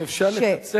אם אפשר לקצר.